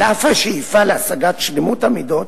על אף השאיפה להשגת שלמות המידות,